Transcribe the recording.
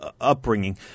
upbringing